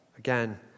again